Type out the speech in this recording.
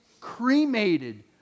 cremated